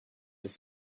des